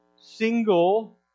single